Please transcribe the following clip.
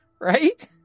Right